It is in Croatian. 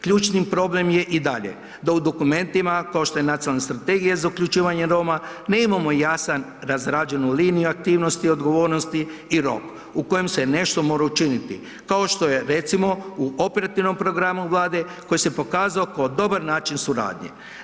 Ključni problem je i dalje da u dokumentima kao što je nacionalna strategija za uključivanje Roma nemamo jasan razrađenu liniju aktivnosti i odgovornosti i … [[Govornik se ne razumije]] u kojem se nešto mora učiniti kao što je recimo u operativnom programu Vlade koji se pokazao ko dobar način suradnje.